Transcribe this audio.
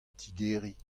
tigeriñ